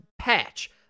patch